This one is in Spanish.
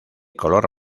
color